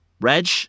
Reg